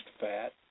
fat